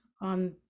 on